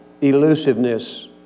elusiveness